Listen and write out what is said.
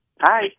Hi